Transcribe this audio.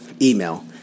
email